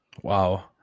Wow